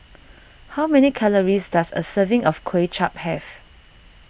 how many calories does a serving of Kuay Chap have